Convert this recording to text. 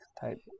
type